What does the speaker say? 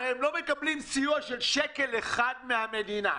הרי הם לא מקבלים סיוע של שקל אחד מן המדינה,